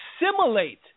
assimilate